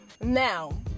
Now